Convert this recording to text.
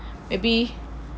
maybe